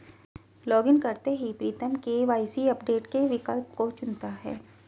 login करते ही Pritam KYC update के विकल्प को चुनता है